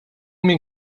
min